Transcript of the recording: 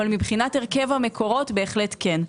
אבל מבחינת הרכב המקורות - בהחלט כן.